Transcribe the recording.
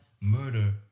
murder